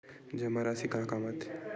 जमा राशि का काम आथे?